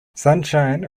sunshine